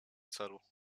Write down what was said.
celu